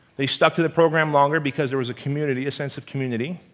they stuck to the program longer because there is a community, a sense of community,